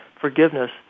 forgiveness